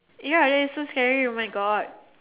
ya it is so scary oh my God